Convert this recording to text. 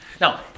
Now